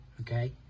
Okay